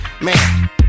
man